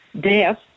death